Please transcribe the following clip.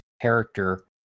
character